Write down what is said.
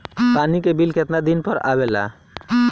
पानी के बिल केतना दिन पर आबे ला?